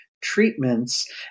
treatments